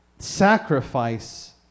sacrifice